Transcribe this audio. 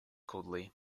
coldly